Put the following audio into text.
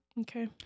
Okay